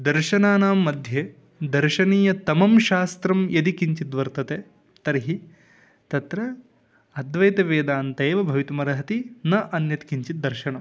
दर्शनानां मध्ये दर्शनीयतमं शास्त्रं यदि किञ्चिद्वर्तते तर्हि तत्र अद्वैतवेदान्तः एव भवितुमर्हति न अन्यद्किञ्चित् दर्शनम्